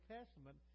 Testament